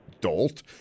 dolt